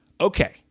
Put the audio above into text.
okay